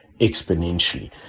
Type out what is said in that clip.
exponentially